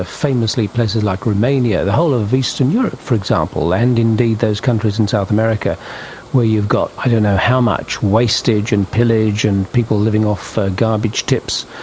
ah famously places like romania, the whole of eastern europe for example, and indeed those countries in south america where you've got i don't know how much wastage and pillage and people living off garbage tips.